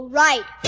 right